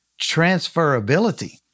Transferability